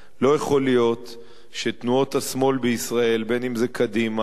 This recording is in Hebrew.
לא יכול להיות שתנועות השמאל בישראל, אם קדימה,